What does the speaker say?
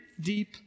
deep